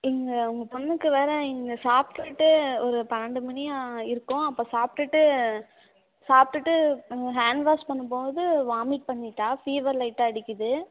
இங்கே உங்கள் பொண்ணுக்கு வேறு இங்கே சாப்பிட்டுட்டு ஒரு பன்னெண்டு மணி இருக்கும் அப்போ சாப்பிட்டுட்டு சாப்பிட்டுட்டு அங்கே ஹேண்ட் வாஷ் பண்ணும் போது வாமிட் பண்ணிட்டால் ஃபீவர் லைட்டாக அடிக்கிறது